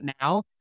now